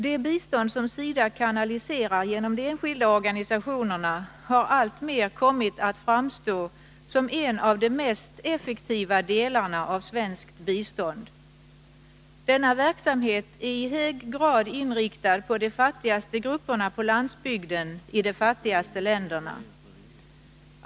Det bistånd som SIDA kanaliserar genom de enskilda organisationerna har alltmer kommit att framstå som en av de mest effektiva delarna av svenskt bistånd. Denna verksamhet är i hög grad inriktad på de fattigaste grupperna på landsbygden i de fattigaste länderna.